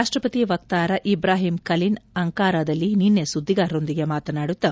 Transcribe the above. ರಾಷ್ಲಪತಿ ವಕ್ತಾರ Ibrahim Kalin ಅಂಕಾರಾದಲ್ಲಿ ನಿನ್ನೆ ಸುದ್ಲಿಗಾರರೊಂದಿಗೆ ಮಾತನಾಡುತ್ತಾ